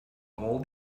all